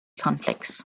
conflicts